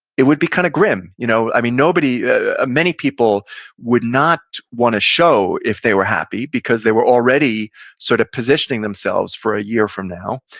it would be kind of grim. you know ah many people would not want to show if they were happy because they were already sort of positioning themselves for a year from now.